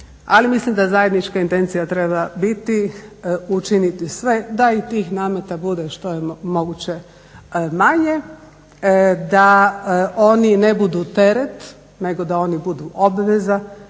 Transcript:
ali mislim da zajednička intencija treba biti učiniti sve da i tih nameta bude što je moguće manje, da oni ne budu teret nego da oni budu obveza